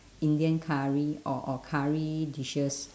indian curry or or curry dishes